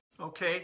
Okay